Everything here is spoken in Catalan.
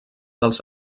dels